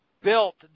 built